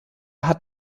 hat